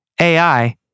AI